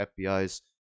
FBI's